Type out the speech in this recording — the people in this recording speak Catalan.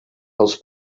els